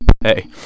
hey